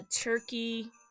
turkey